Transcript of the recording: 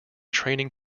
training